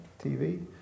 TV